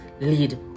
lead